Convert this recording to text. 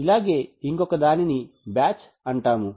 ఇలాగే ఇంకొక దానిని బ్యాచ్ అంటాము